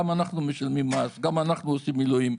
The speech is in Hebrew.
גם אנחנו משלמים מס, גם אנחנו עושים מילואים.